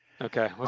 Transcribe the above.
Okay